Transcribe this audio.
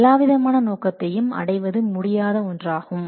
எல்லாவிதமான நோக்கத்தையும் அடைவது முடியாத ஒன்றாகும்